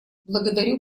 благодарю